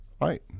right